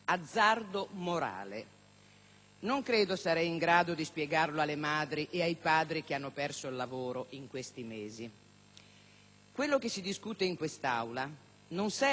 Non credo sarei in grado di spiegarlo alle madri e ai padri che hanno perso il lavoro in questi mesi. Quello che si discute in Aula non serve solo a salvare le banche